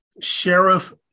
Sheriff